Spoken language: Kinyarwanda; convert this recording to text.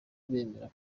bemera